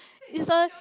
it's a